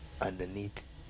underneath